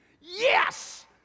Yes